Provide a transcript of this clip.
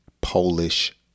Polish